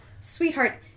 sweetheart